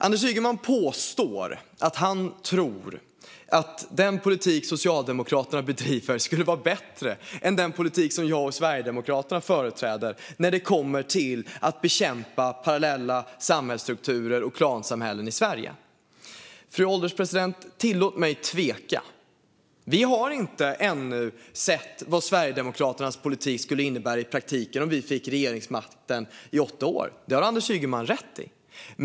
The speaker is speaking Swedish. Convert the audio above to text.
Anders Ygeman påstår att han tror att den politik som Socialdemokraterna bedriver skulle vara bättre än den politik som jag och Sverigedemokraterna företräder när det kommer till att bekämpa parallella samhällsstrukturer och klansamhällen i Sverige. Fru ålderspresident! Tillåt mig tvivla! Vi har ännu inte sett vad Sverigedemokraternas politik skulle innebära i praktiken om vi fick regeringsmakten i åtta år. Det har Anders Ygeman rätt i.